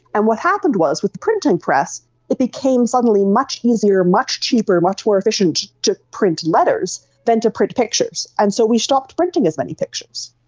and what happened was with the printing press it became suddenly much easier, much cheaper, much more efficient to print letters than to print pictures. and so we stopped printing as many pictures.